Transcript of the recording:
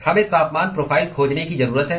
हमें तापमान प्रोफ़ाइल खोजने की जरूरत है